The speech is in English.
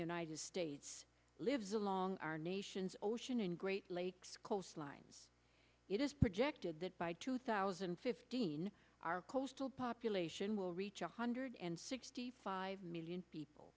united states lives along our nation's ocean and great lakes coastline it is projected that by two thousand and fifteen our coastal population will reach a hundred and sixty five million people